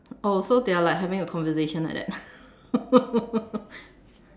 oh so they are like having a conversation like that